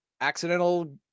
accidental